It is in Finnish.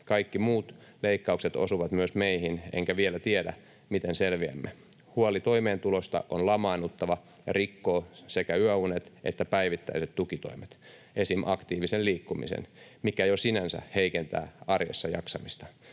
Kaikki muut leikkaukset osuvat myös meihin, enkä vielä tiedä, miten selviämme. Huoli toimeentulosta on lamaannuttava ja rikkoo sekä yöunet että päivittäiset tukitoimet, esimerkiksi aktiivisen liikkumisen, mikä jo sinänsä heikentää arjessa jaksamista.